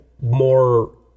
more